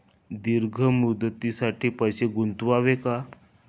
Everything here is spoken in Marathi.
दीर्घ मुदतीसाठी पैसे गुंतवावे का?